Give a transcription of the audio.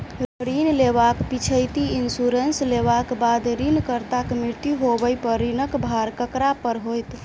ऋण लेबाक पिछैती इन्सुरेंस लेबाक बाद ऋणकर्ताक मृत्यु होबय पर ऋणक भार ककरा पर होइत?